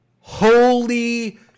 Holy